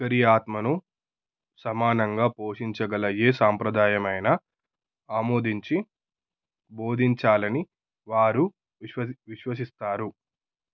ఒకరి ఆత్మను సమానంగా పోషించగల ఏ సాంప్రదాయమైన ఆమోదించి బోధించాలని వారు విశ్వసి విశ్వసిస్తారు